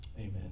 amen